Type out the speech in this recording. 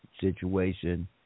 situation